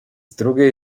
drugiej